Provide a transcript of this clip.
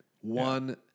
One